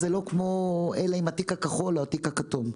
זה לא כמו אלה עם התיק הכחול או התיק הכתום.